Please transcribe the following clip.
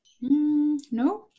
No